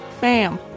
bam